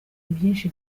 byinshi